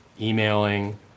emailing